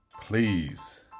please